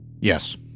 Yes